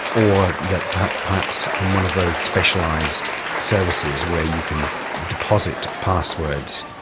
or that perhaps in one of those specialised services where you can deposit passwords,